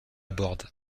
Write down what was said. borde